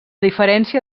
diferència